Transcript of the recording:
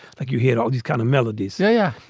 like you hear all these kind of melodies. yeah.